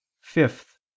fifth